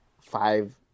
five